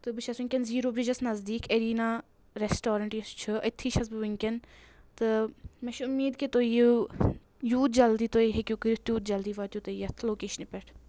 تہٕ بہٕ چھؠس وٕنکؠن زیٖرو بِرٛجَس نزدیٖک أریٖنا ریٚسٹورَنٛٹ یُس چھُ أتِتٕھی چھَس بہٕ وٕنٛکؠن تہٕ مےٚ چھُ اُمیٖد کہِ تُہۍ یِیِو یوٗت جَلدی تُہۍ ہیٚکِو کٔرِتھ تیوٗت جَلدی واتِو تُہۍ یَتھ لُوٚکَیٚشنہٕ پؠٹھ